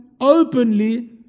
openly